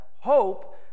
hope